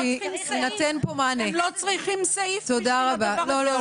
הם לא צריכים סעיף בשביל הדבר הזה.